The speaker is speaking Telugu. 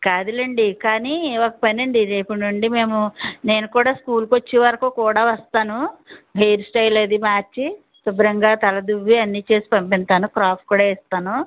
కాదులేండి కానీ ఒక పని అండి రేపటి నుండి మేము నేను కూడా స్కూలుకొచ్చే వరకు కూడా వస్తాను హెయిర్ స్టైల్ అది మార్చి శుభ్రంగా తల దువ్వి అన్నీ చేసి పంపిస్తాను క్రాఫ్ కూడా వేస్తాను